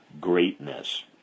greatness